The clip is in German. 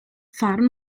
fahren